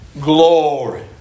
Glory